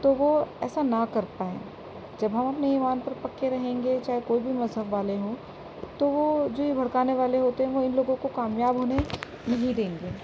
تو وہ ایسا نہ کر پائیں جب ہم اپنے ایمان پر پکے رہیں گے چاہے کوئی بھی مذہب والے ہوں تو وہ جو یہ بھڑکانے والے ہوتے ہیں وہ ان لوگوں کو کامیاب ہونے نہیں دیں گے